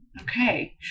okay